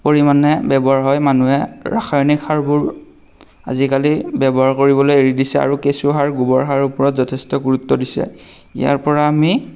পৰিমাণে ব্যৱহাৰ হয় মানুহে ৰাসায়নিক সাৰবোৰ আজিকালি ব্যৱহাৰ কৰিবলৈ এৰি দিছে আৰু কেঁচু সাৰ গোবৰ সাৰৰ ওপৰত যথেষ্ট গুৰুত্ব দিছে ইয়াৰ পৰা আমি